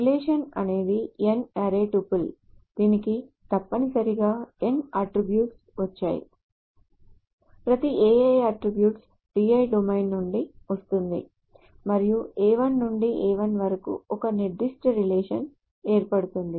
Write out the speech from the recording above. relation అనేది n ary tuple దీనికి తప్పనిసరిగా n అట్ట్రిబ్యూట్స్ వచ్చాయి ప్రతి ai అట్ట్రిబ్యూట్ Di డొమైన్ నుండి వస్తుంది మరియు a1 నుండి an వరకు ఒక నిర్దిష్ట రిలేషన్ ఏర్పడుతుంది